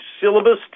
syllabus